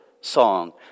song